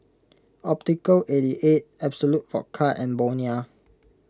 Optical eighty eight Absolut Vodka and Bonia